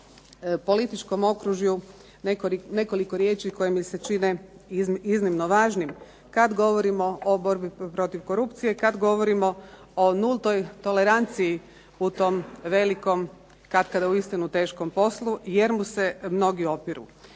političkom okružju nekoliko riječi koje mi se čine iznimno važnim, kad govorimo o borbi protiv korupcije, kad govorimo o nultoj toleranciji u tom velikom, katkada uistinu teškom poslu, jer mu se mnogi opiru.